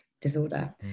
disorder